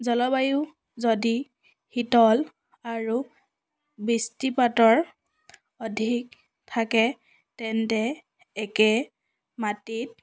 জলবায়ু যদি শীতল আৰু বৃষ্টিপাতৰ অধিক থাকে তেন্তে একে মাটিত